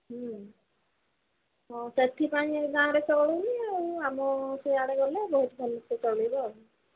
ହୁଁ ହଁ ସେଥିପାଇଁ ଗାଁରେ ଚଳୁନି ଆଉ ଆମ ସିୟାଡ଼େ ଗଲେ ବହିତ ଭଲରେ ଚଳିବ